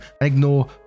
ignore